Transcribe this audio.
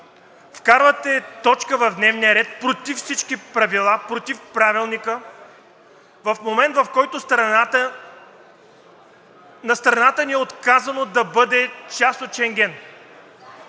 Вкарвате точка в дневния ред против всички правила, против Правилника в момент, в който на страната ни е отказано да бъде част от Шенген,